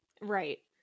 right